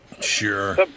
Sure